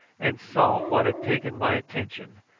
and saw what had taken my attention,